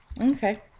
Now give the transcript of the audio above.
Okay